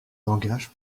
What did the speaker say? langage